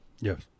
Yes